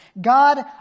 God